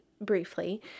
briefly